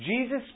Jesus